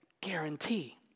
guarantee